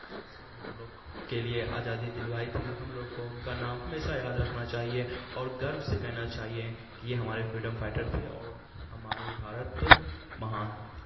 جس نے ہم لوگ کے لیے آجادی دلوائی تھی ہم لوگ کو ان کا نام ہمیسہ یاد رکھنا چاہیے اور گرو سے کہنا چاہیے کہ یہ ہمارے فریڈم فائیٹر تھے اور ہمارا یہ بھارت مہان ہے